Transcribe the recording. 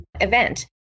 event